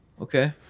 Okay